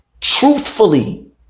truthfully